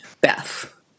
Beth